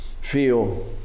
feel